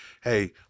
hey